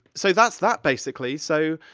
so that's that, basically, so,